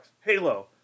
Halo